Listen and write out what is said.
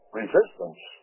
resistance